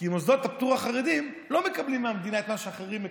כי מוסדות הפטור החרדיים לא מקבלים מהמדינה את מה שאחרים מקבלים.